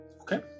Okay